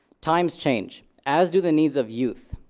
times change, as do the needs of youth.